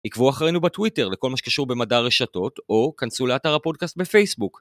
עקבו אחרינו בטוויטר לכל מה שקשור במדע הרשתות או כנסו לאתר הפודקאסט בפייסבוק.